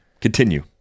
Continue